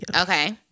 okay